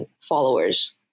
followers